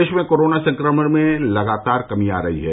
प्रदेश में कोरोना संक्रमण में लगातार कमी आ रही है